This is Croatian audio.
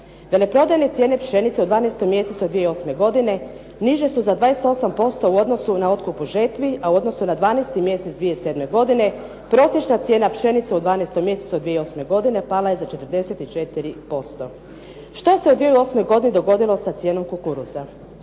Veleprodajne cijene pšenice u 12 mjesecu 2008. godine niže su za 28% u odnosu na otkup u žetvi, a u odnosu na 12 mjeseci 2007. godine prosječna cijena pšenice u 12 mjesecu 2008. godine pala je za 44%. Šta se u 2008. godini dogodilo sa cijenom kukuruza?